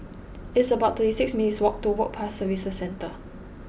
it's about thirty six minutes' walk to Work Pass Services Centre